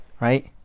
right